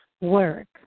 work